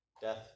Death